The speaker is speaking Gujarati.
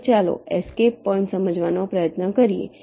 હવે ચાલો એસ્કેપ પોઈન્ટ સમજવાનો પ્રયત્ન કરીએ